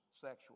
sexual